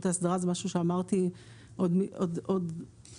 וזה משהו שיעידו פה אנשי רשות האסדרה,